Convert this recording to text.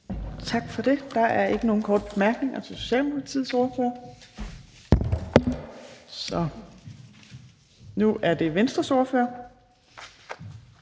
Tak for det. Der er ikke flere korte bemærkninger til Socialdemokratiets ordfører. Mens der lige bliver